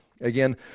Again